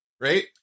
right